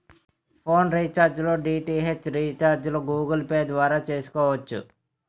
phone recharge లో DTH రీఛార్జిలు Google Pay ద్వారా చేసుకోవచ్చు